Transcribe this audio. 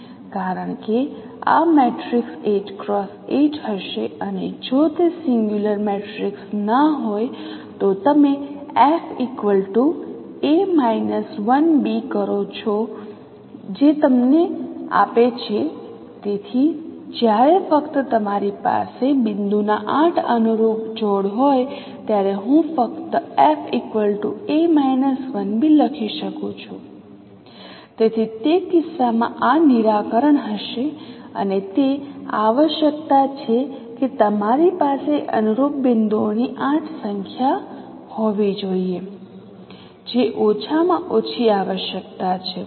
કારણ કે આ મેટ્રિક્સ 8 X 8 હશે અને જો તે સિંગલ્યુલર મેટ્રિક્સ ન હોય તો તમે fA 1b કરો છો જે તમને આપે છે તેથી જ્યારે ફક્ત તમારી પાસે બિંદુના 8 અનુરૂપ જોડ હોય ત્યારે હું ફક્ત fA 1b લખી શકું છું તેથી તે કિસ્સામાં આ નિરાકરણ હશે અને તે આવશ્યકતા છે કે તમારી પાસે અનુરૂપ બિંદુઓની 8 સંખ્યા હોવી જોઈએ જે ઓછામાં ઓછી આવશ્યકતા છે